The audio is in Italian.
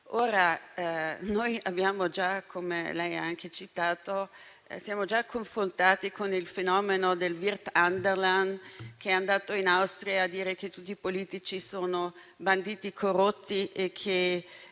vasto. Ora, come lei ha anche citato, noi ci siamo già confrontati con il fenomeno di Wirth Anderlan, che è andato in Austria a dire che tutti i politici sono banditi corrotti e che